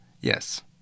Yes